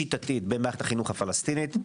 שיטתית במערכת החינוך הפלסטינית.